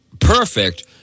perfect